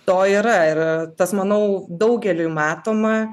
to yra ir tas manau daugeliui matoma